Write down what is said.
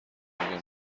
مگه